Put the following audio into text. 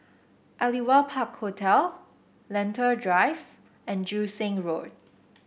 Aliwal Park Hotel Lentor Drive and Joo Seng Road